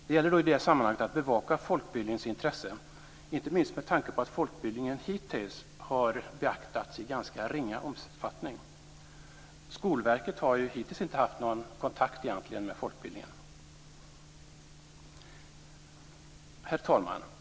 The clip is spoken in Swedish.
Det gäller i det sammanhanget att bevaka folkbildningens intresse, inte minst med tanke på att folkbildningen hittills har beaktats i ganska ringa omfattning. Skolverket har hittills inte haft någon egentlig kontakt med folkbildningen. Herr talman!